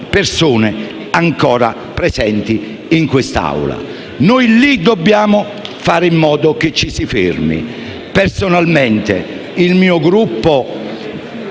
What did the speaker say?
persone ancora presenti in quest'Aula). Noi in quei casi dobbiamo fare in modo che ci si fermi. Personalmente, il Gruppo